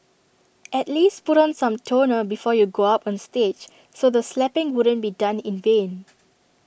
at least put on some toner before you go up on stage so the slapping wouldn't be done in vain